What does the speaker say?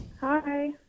Hi